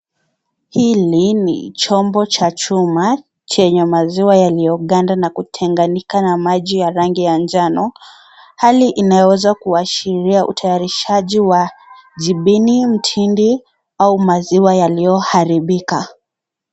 Hili ni chombo cha chuma chenye maziwa yaliyoganda na kutenganyika na maji ya rangi ya njano, hali inayoweza kuashiria utayarishajinya jibini ,mtindo au maziwa yaliyoharibika .